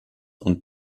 und